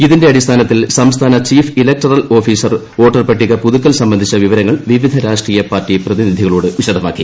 ഇതിന്റെ അടിസ്ഥാനത്തിൽ സംസ്ഥാന ചീഫ് ഇലിക്ടറൽ ഓഫീസർ വോട്ടർ പട്ടിക പുതുക്കൽ സംബന്ധിച്ച വിവർങ്ങൾ വിവിധ രാഷ്ട്രീയ പാർട്ടി പ്രതിനിധികളോട് വിശദമാക്കി